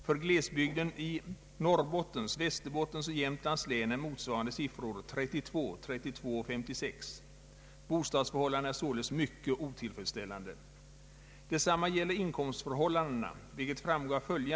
För glesbygden i Norrbottens, Västerbottens och Jämtlands län är motsvarande siffror 32, 32 och 56. Bostadsförhållandena är således mycket otillfredsställande.